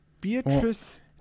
Beatrice